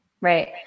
Right